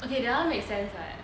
okay don't make sense lah